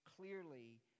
clearly